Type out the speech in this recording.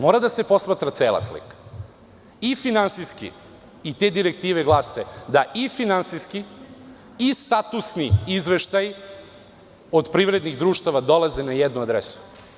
Mora da se posmatra cela slika, i finansijski i te direktive glase i finansijski i statusni izveštaj od privrednih društava dolaze na jednu adresu.